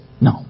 no